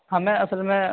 ہمیں اصل میں